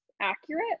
accurate